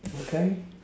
okay